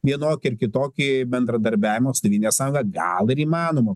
vienokį ar kitokį bendradarbiavimo su tėvynės sąjunga gal ir įmanoma